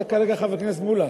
אתה כרגע חבר כנסת מולה.